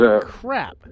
crap